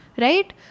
Right